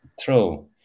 true